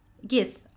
yes